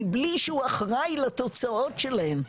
מבלי שהוא אחראי לתוצאות שלהם,